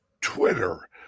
Twitter